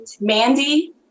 Mandy